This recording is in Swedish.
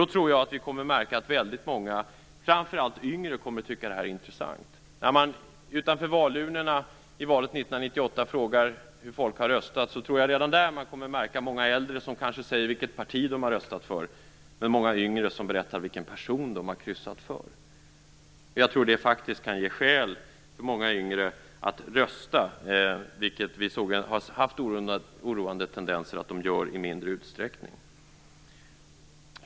Då tror jag att vi kommer att märka att väldigt många, framför allt yngre, tycker att det här är intressant. När man utanför valurnorna i valet 1998 frågar hur folk har röstat tror jag att många äldre kommer att säga vilket parti de har röstat på medan många yngre berättar vilken person de har kryssat för. Jag tror faktiskt att det kan vara ett skäl för många yngre att rösta. Vi har ju sett oroande tendenser på att de yngre röstar i mindre utsträckning.